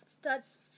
starts